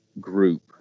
group